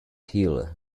hill